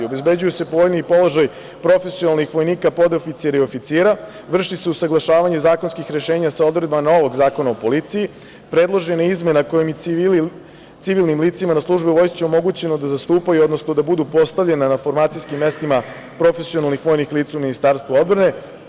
Obezbeđuju se povoljniji položaj profesionalnih vojnika, podoficira i oficira, vrši se usaglašavanje zakonskih rešenja sa odredbama novog Zakona o policiji, predložena je izmena kojom je civilnim licima na službi u vojsci omogućeno da zastupaju, odnosno da budu postavljena na formacijskim mestima profesionalnih vojnih lica u Ministarstvu odbrane.